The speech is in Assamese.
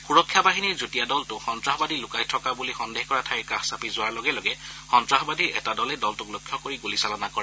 সূৰক্ষা বাহিনীৰ যুটীয়া দলটো সন্তাসবাদী লুকাই থকা বুলি সন্দেহ কৰা ঠাইৰ কাষ চাপি যোৱাৰ লগে লগে সন্তাসবাদীৰ এটা দলে দলটোক লক্ষ্য কৰি গুলী চালনা কৰে